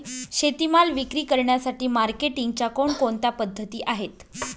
शेतीमाल विक्री करण्यासाठी मार्केटिंगच्या कोणकोणत्या पद्धती आहेत?